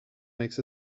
makes